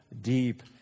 deep